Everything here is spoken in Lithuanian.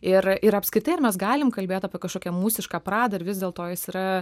ir ir apskritai ar mes galim kalbėt apie kažkokią mūsišką pradą ar vis dėl to jis yra